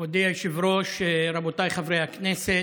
מכובדי היושב-ראש, רבותיי חברי הכנסת,